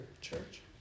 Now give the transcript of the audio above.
church